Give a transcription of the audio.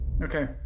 Okay